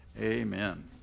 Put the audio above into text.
Amen